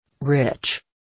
Rich